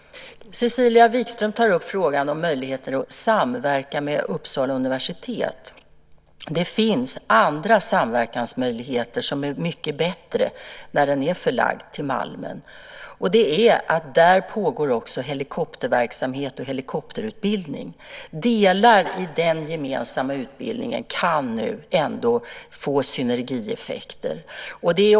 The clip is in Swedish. Cecilia Wikström tar upp frågan om möjligheter att samverka med Uppsala universitet. Vid en förläggning till Malmen finns det dock mycket bättre samverkansmöjligheter. Där pågår nämligen också helikopterverksamhet och helikopterutbildning. Delar av den gemensamma utbildningen kan nu trots allt få synergieffekter.